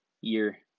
year